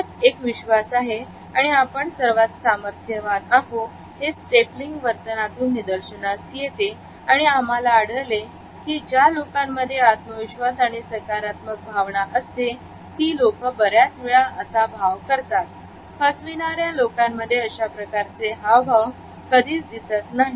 आपल्यात एक विश्वास आहे आणि आपण सर्वात सामर्थ्यवान आहोत हे स्टेप लिंग वर्तनातून निदर्शनास येते आणि आम्हाला आढळले की ज्या लोकांमध्ये आत्मविश्वास आणि सकारात्मक भावना असते ती लोक बऱ्याच वेळा असा भाव करतात फसविणाऱ्या लोकांमध्ये अशा प्रकारचे हावभाव कधीच दिसत नाही